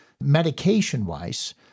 medication-wise